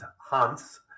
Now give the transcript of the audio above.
Hans